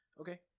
Okay